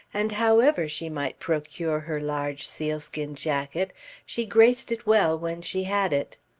and however she might procure her large sealskin jacket she graced it well when she had it.